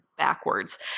backwards